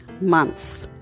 month